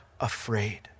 afraid